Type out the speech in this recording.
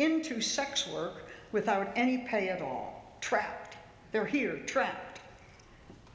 into sex work without any pay at all trapped there here trapped